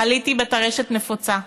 חליתי בטרשת נפוצה.